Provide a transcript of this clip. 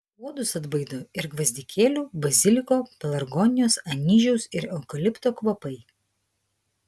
uodus atbaido ir gvazdikėlių baziliko pelargonijos anyžiaus ir eukalipto kvapai